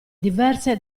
diverse